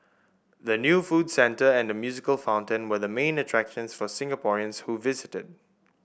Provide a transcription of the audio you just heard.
the new food centre and the musical fountain were the main attractions for Singaporeans who visited